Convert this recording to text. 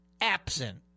absent